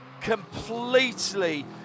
completely